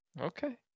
Okay